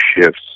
shifts